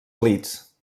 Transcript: elits